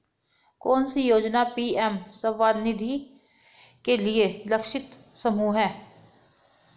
कौन सी योजना पी.एम स्वानिधि के लिए लक्षित समूह है?